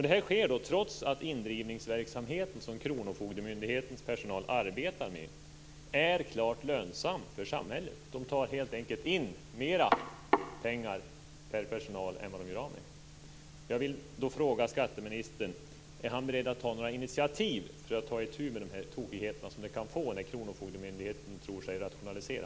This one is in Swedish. Detta sker trots att indrivningsverksamheten, som Kronofogdemyndighetens personal arbetar med, är klart lönsam för samhället. De tar in mer pengar per person än vad de gör av med. Jag vill då fråga om skatteministern är beredd att ta några initiativ för att ta itu med de tokigheter som kan bli följden av att Kronofogdemyndigheten tror sig rationalisera.